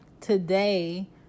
today